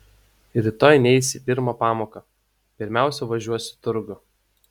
rytoj neis į pirmą pamoką pirmiausia važiuos į turgų